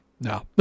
No